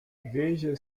veja